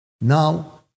Now